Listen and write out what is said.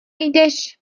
jdeš